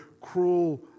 cruel